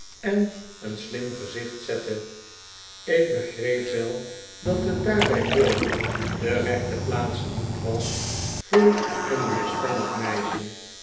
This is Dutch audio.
en een slim gezicht zette ik begreep wel dat het daar bij wardle de rechte plaats niet was voor een weerspannig meisje